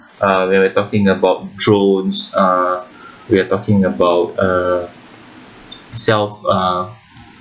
uh we're talking about drones uh we're talking about uh self uh